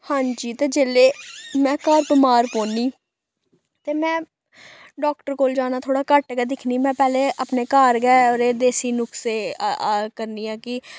हांजी ते जेल्लै में घर बमार पौनी ते में डाक्टर कोल जाना थोह्ड़ा घट्ट गै दिक्खनी में अपने घर गै ओह्दे देसी नुक्से करनी आं कि